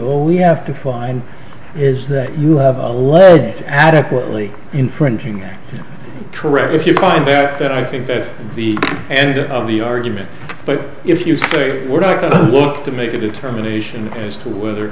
all we have to find is that you have a leg to adequately infringing their career if you find that i think that's the end of the argument but if you say we're not going to work to make a determination as to whether